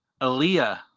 Aaliyah